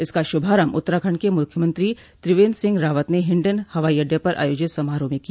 इसका शुभारंभ उत्तराखंड के मुख्यमंत्री त्रिवेन्द्र सिंह रावत ने हिंडन हवाई अड्डे पर आयोजित समारोह में किया